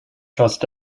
trust